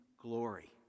glory